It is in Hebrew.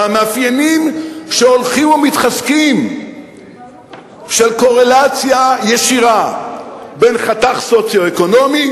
והמאפיינים שהולכים ומתחזקים של קורלציה ישירה בין חתך סוציו-אקונומי,